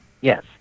Yes